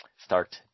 start